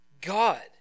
God